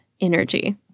energy